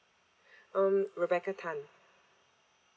um rebecca tan